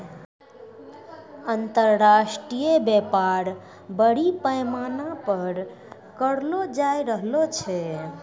अन्तर्राष्ट्रिय व्यापार बरड़ी पैमाना पर करलो जाय रहलो छै